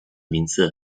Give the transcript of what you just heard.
名字